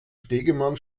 stegemann